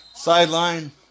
Sideline